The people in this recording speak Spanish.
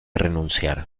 renunciar